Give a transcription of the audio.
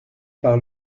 par